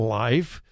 life